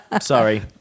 sorry